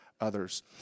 others